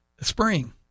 spring